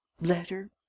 Letter